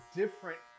different